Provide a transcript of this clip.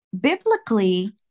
biblically